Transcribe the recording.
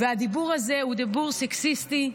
והדיבור הזה הוא דיבור סקסיסטי,